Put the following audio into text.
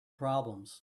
problems